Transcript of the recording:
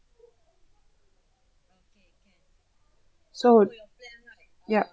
so ya